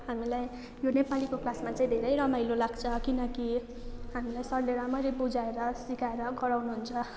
हामीलाई यो नेपालीको क्लासमा चाहिँ धेरै रमाइलो लाग्छ किनकि हामीलाई सरले राम्ररी बुझाएर सिकाएर गराउनुहुन्छ